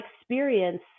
experience